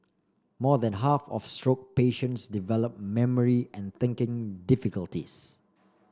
more than half of stroke patients develop memory and thinking difficulties